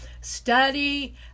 study